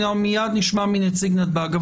תכף נשמע מנציג נתב"ג.